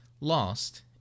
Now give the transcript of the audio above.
Lost